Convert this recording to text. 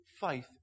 faith